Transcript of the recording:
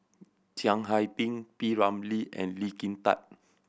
Chiang Hai Ding P Ramlee and Lee Kin Tat